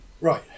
Right